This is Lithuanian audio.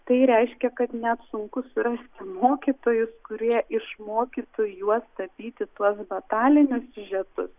tai reiškia kad net sunku surasti mokytojus kurie išmokytų juos tapyti tuos batalinius siužetus